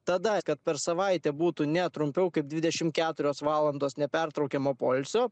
tada kad per savaitę būtų ne trumpiau kaip dvidešim keturios valandos nepertraukiamo poilsio